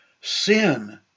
sin